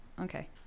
okay